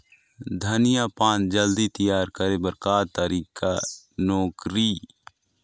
धनिया पान जल्दी तियार करे बर का तरीका नोकरी?